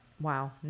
wow